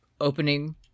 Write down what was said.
opening